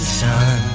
sun